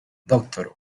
doctor